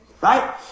Right